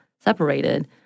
separated